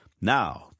now